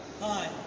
Hi